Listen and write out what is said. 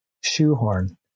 shoehorn